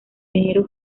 enero